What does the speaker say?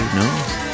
no